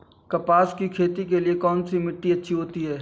कपास की खेती के लिए कौन सी मिट्टी अच्छी होती है?